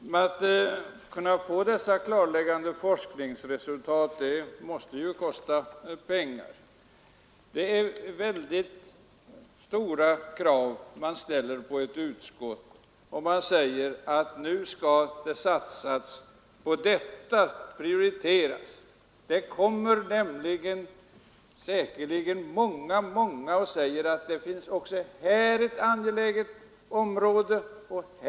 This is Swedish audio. Men att få dessa klarläggande forskningsresultat måste ju kosta pengar. Det är väldigt stora krav man ställer på ett utskott, om man kräver att utskottet skall uttala att nu skall det satsas på detta, nu skall detta prioriteras. Säkerligen kommer många andra och säger att även de har angelägna områden.